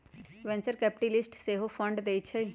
venture capitalist सेहो fund देइ छइ